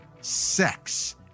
sex